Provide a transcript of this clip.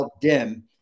dim